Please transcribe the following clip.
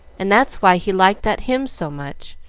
and that's why he liked that hymn so much.